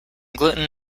gluten